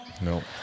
Nope